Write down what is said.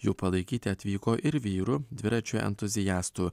jų palaikyti atvyko ir vyrų dviračių entuziastų